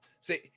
See